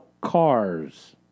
Cars